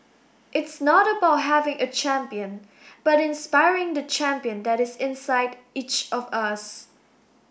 it's not about having a champion but inspiring the champion that is inside each of us